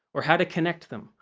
or how to connect them,